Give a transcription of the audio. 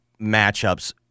matchups